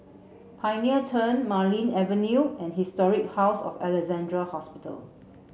Pioneer Turn Marlene Avenue and Historic House of Alexandra Hospital